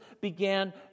began